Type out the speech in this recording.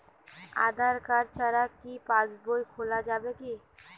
আধার card ছাড়া কি পাসবই খোলা যাবে কি?